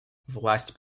власть